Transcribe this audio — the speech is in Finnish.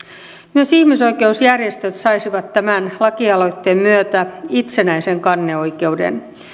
myös ihmisoikeusjärjestöt saisivat tämän lakialoitteen myötä itsenäisen kanneoikeuden